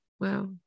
Wow